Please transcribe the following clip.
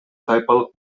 тайпалык